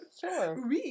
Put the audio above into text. Sure